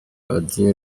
audrey